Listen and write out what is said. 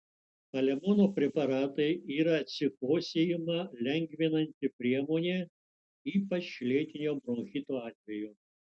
palemono preparatai yra atsikosėjimą lengvinanti priemonė ypač lėtinio bronchito atveju